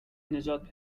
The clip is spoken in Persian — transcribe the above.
نجات